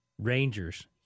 Rangers